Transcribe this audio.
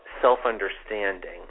self-understanding